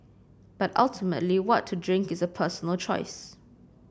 but ultimately what to drink is a personal choice